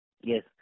Yes